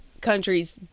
countries